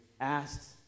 asked